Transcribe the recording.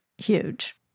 huge